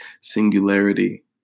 singularity